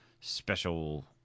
special